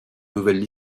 nouvelles